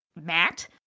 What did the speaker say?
Matt